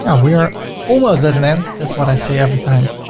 ah we are almost at an end. that's what i say every time.